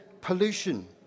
pollution